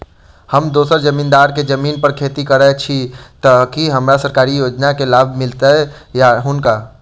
हम दोसर जमींदार केँ जमीन पर खेती करै छी तऽ की हमरा सरकारी योजना केँ लाभ मीलतय या हुनका?